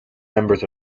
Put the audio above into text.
members